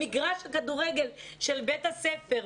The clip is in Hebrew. במגרש כדורגל של בית הספר,